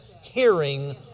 hearing